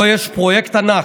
פה יש פרויקט ענק,